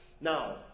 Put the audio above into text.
Now